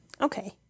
Okay